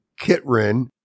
Kitrin